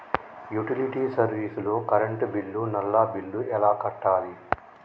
Utility service లో current bill, నల్లా bill ఎలా కట్టాలి?